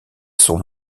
sont